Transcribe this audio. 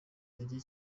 intege